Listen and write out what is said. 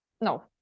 no